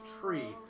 tree